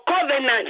covenant